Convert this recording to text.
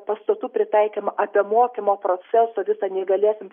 pastatų pritaikymą apie mokymo proceso visą neįgaliesiems